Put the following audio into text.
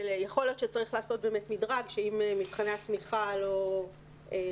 שיכול להיות שצריך לעשות באמת מדרג שאם מבחני התמיכה לא יעבדו,